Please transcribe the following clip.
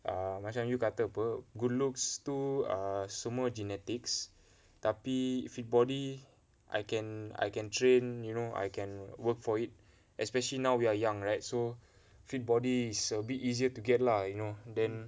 err macam you kata [pe] good looks tu err semua genetics tapi fit body I can I can train you know I can work for it especially now we are young right so fit body is a bit easier to get lah you know then